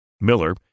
Miller